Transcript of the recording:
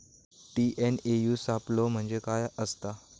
TNAU सापलो म्हणजे काय असतां?